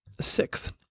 sixth